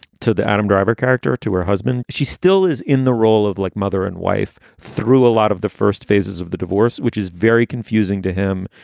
to the adam driver character, to her husband. she still is in the role of like mother and wife through a lot of the first phases of the divorce, which is very confusing to him.